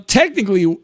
technically